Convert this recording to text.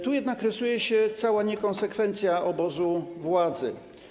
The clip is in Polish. Tu jednak rysuje się cała niekonsekwencja obozu władzy.